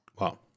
Wow